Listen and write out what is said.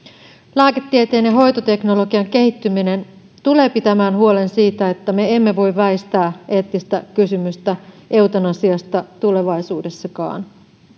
lääketieteen ja hoitoteknologian kehittyminen tulee pitämään huolen siitä että me emme voi väistää eettistä kysymystä eutanasiasta tulevaisuudessakaan